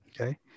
okay